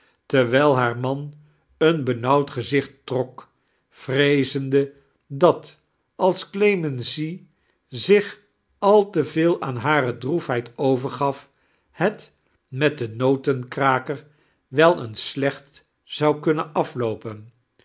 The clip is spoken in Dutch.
terwijl haar man een bemauwd geizicht trok vreezende dat als clemency zich al te veel aan hare dnoefheid overgaf het met de notankrakeir wel eens slecht zou kunnen afloopen